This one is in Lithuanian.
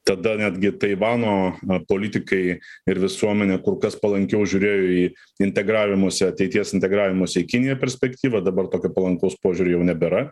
tada netgi taivano na politikai ir visuomenė kur kas palankiau žiūrėjo į integravimosi ateities integravimosi į kiniją perspektyvą dabar tokio palankaus požiūriu jau nebėra